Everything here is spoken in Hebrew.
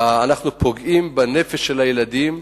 ואנחנו פוגעים בנפש של הילדים,